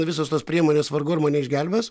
visos tos priemonės vargu ar mane išgelbės